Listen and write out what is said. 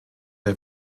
der